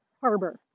harbor